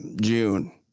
June